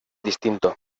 distinto